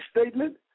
statement